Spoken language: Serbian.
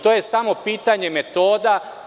To je samo pitanje metoda.